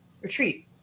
retreat